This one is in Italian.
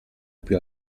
più